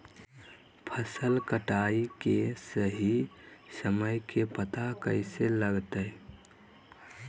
फसल कटाई के सही समय के पता कैसे लगते?